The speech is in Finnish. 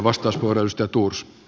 arvoisa puhemies